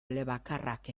elebakarrak